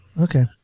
okay